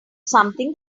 something